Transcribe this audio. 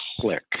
click